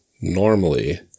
normally